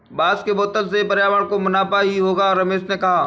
बांस के बोतल से पर्यावरण को मुनाफा ही होगा रमेश ने कहा